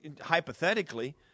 hypothetically